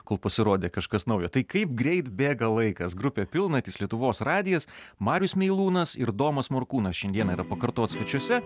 kol pasirodė kažkas naujo tai kaip greit bėga laikas grupė pilnatys lietuvos radijas marius meilūnas ir domas morkūnas šiandieną yra pakartot svečiuose